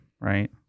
right